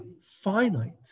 finite